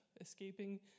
escaping